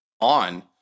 on